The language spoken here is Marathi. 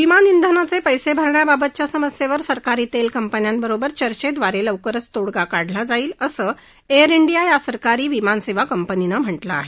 विमान डिनाचे पैस भरण्याबाबतच्या समस्येवर सरकारी तेल कंपन्यांबरोबर चर्चेड्वारे लवकरच तोडगा काढला जाईल असं एअर डिया या सरकारी विमान सेवा कंपनीने म्हटलं आहे